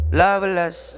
loveless